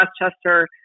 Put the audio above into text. Westchester